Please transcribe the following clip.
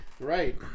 Right